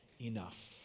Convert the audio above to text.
enough